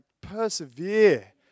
persevere